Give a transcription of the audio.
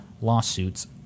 lawsuits